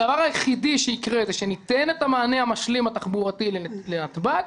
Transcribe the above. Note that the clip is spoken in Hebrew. הדבר היחידי שיקרה הוא שניתן את המענה המשלים התחבורתי לנתב"ג.